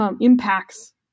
impacts